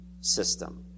system